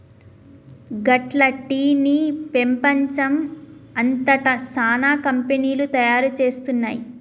గట్ల టీ ని పెపంచం అంతట సానా కంపెనీలు తయారు చేస్తున్నాయి